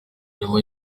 nyuma